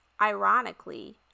Ironically